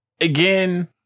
again